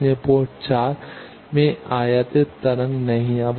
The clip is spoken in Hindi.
इसलिए पोर्ट 4 में कोई आयातित तरंग नहीं है